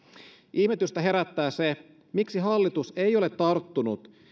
ihmetystä herättää se miksi hallitus ei ole tarttunut